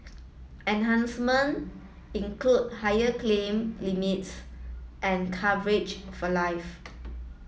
enhancement include higher claim limits and coverage for life